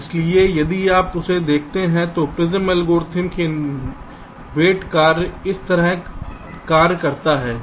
इसलिए यदि आप इसे देखते हैं तो प्रिमस एल्गोरिथ्म Prim's algorithm में वेट कार्य इस तरह कार्य करता है